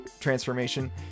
transformation